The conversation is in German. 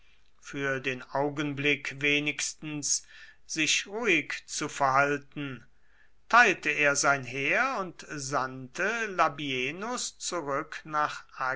für den augenblick wenigstens sich ruhig zu verhalten teilte er sein heer und sandte labienus zurück nach